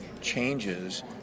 changes